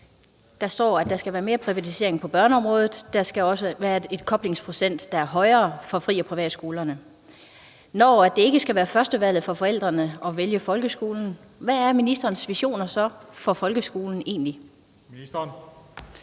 der står, at der skal være mere privatisering på børneområdet og der skal være en højere koblingsprocent for fri- og privatskolerne. Når det ikke skal være førstevalget for forældrene at vælge folkeskolen, hvad er ministerens visioner så egentlig for